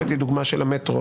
הבאתי דוגמה של המטרו,